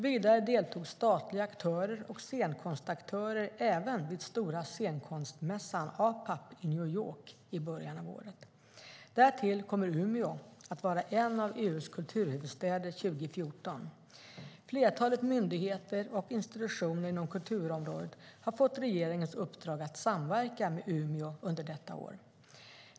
Vidare deltog statliga aktörer och scenkonstaktörer även vid stora scenkonstmässan APAP i New York i början av året. Därtill kommer Umeå att vara en av EU:s kulturhuvudstäder 2014. Flertalet myndigheter och institutioner inom kulturområdet har fått regeringens uppdrag att samverka med Umeå under detta år.